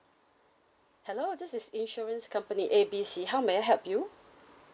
hello this is insurance company A B C how may I help you